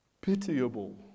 Pitiable